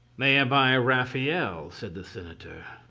they are by raphael, said the senator.